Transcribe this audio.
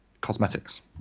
cosmetics